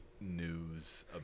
news